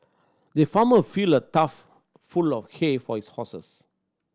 the farmer filled a tough full of hay for his horses